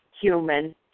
human